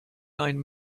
nine